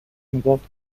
میگفت